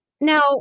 now